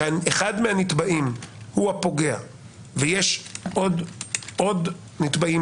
ואחד הנתבעים הוא הפוגע ויש עוד נתבעים